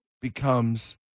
becomes